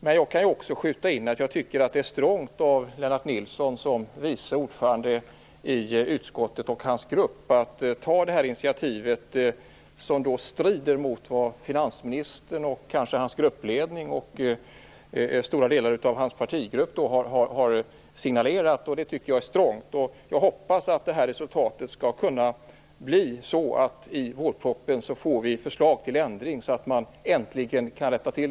Men jag tycker att det är strongt av Lennart Nilsson att som vice ordförande i utskottet ta detta initiativ. Det strider ju mot vad finansministern, gruppledningen och stora delar av hans partigrupp har signalerat. Det tycker jag är strongt. Jag hoppas att resultatet skall bli att det i vårpropositionen kommer förslag till ändringar så att situationen äntligen kan rättas till.